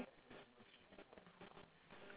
because it's nine thirty until eleven right